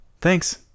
Thanks